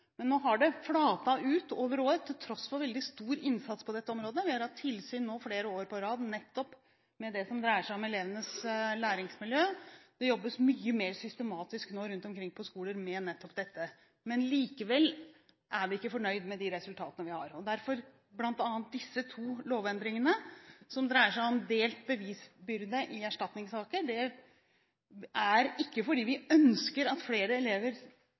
Men nå har det flatet ut over år, til tross for veldig stor innsats på dette området. Vi har hatt tilsyn nå flere år på rad nettopp med hensyn til det som dreier seg om elevenes læringsmiljø, og det jobbes mye mer systematisk nå rundt omkring på skoler med nettopp dette, men likevel er vi ikke fornøyd med de resultatene vi har. Derfor har vi bl.a. disse to lovendringene. Den ene dreier seg om delt bevisbyrde i erstatningssaker. Det er ikke fordi vi ønsker at flere elever